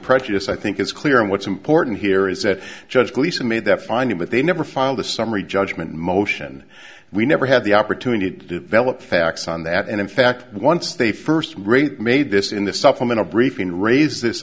prejudice i think is clear and what's important here is that judge gleason made that finding that they never filed a summary judgment motion we never had the opportunity to develop facts on that and in fact once they first great made this in the supplemental briefing raise this